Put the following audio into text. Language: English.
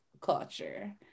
culture